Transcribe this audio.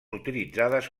utilitzades